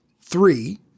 Three